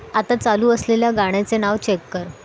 आता चालू असलेल्या गाण्याचे नाव चेक कर